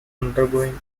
undergoing